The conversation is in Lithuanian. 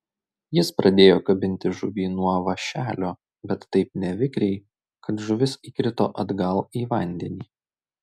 jis pradėjo kabinti žuvį nuo vąšelio bet taip nevikriai kad žuvis įkrito atgal į vandenį